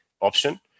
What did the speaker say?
option